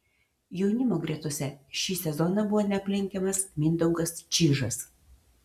jaunimo gretose šį sezoną buvo neaplenkiamas mindaugas čyžas